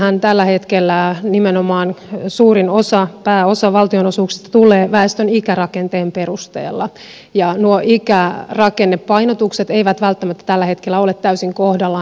meillähän tällä hetkellä nimenomaan suurin osa pääosa valtionosuuksista tulee väestön ikärakenteen perusteella ja nuo ikärakennepainotukset eivät välttämättä tällä hetkellä ole täysin kohdallaan